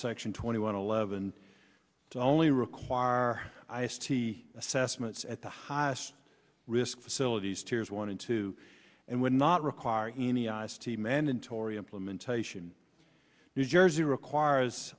section twenty one eleven to only require our ice t assessments at the highest risk facilities tears wanted to and would not require any ice tea mandatory implementation new jersey require